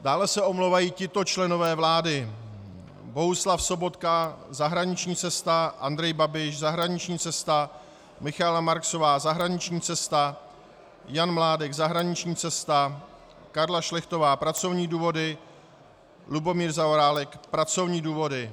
Dále se omlouvají tito členové vlády: Bohuslav Sobotka zahraniční cesta, Andrej Babiš zahraniční cesta, Michaela Marksová zahraniční cesta, Jan Mládek zahraniční cesta, Karla Šlechtová pracovní důvody, Lubomír Zaorálek pracovní důvody.